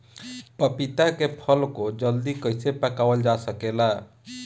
पपिता के फल को जल्दी कइसे पकावल जा सकेला?